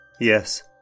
Yes